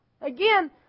again